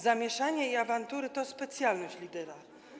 Zamieszanie i awantury to specjalność lidera.